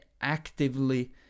actively